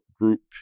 group